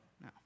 No